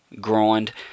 grind